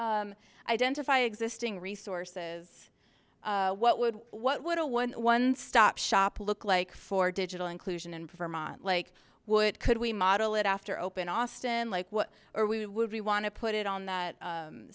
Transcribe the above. data identify existing resources what would what would a one one stop shop look like for digital inclusion and vermont like would could we model it after open austin like what are we would we want to put it on that